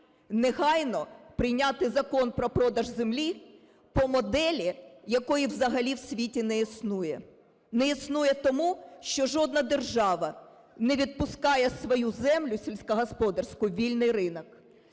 негайно прийняти закон про продаж землі по моделі, якої взагалі в світі не існує. Не існує тому, що жодна держава не відпускає свою землю сільськогосподарську у вільний ринок.